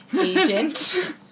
agent